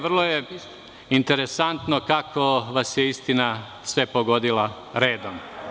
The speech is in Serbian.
Vrlo je interesantno kako vas je istina sve pogodila redom.